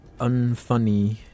unfunny